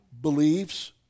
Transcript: believes